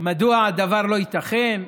מדוע הדבר לא ייתכן.